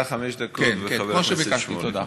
אתה חמש דקות, וחבר הכנסת שמולי.